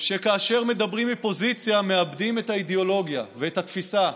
שכאשר מדברים מפוזיציה מאבדים את האידיאולוגיה ואת התפיסה.